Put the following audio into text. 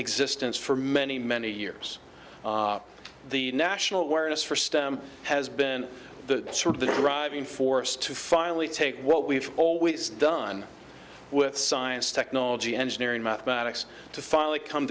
existence for many many years the national awareness for stem has been the sort of the driving force to finally take what we've always done with science technology engineering mathematics to finally come